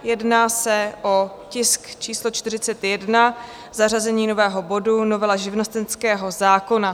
Jedná se o tisk číslo 41, zařazení nového bodu Novela živnostenského zákona.